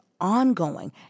Ongoing